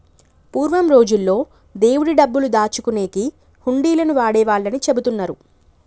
పూర్వం రోజుల్లో దేవుడి డబ్బులు దాచుకునేకి హుండీలను వాడేవాళ్ళని చెబుతున్నరు